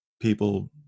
people